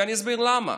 ואני אסביר למה: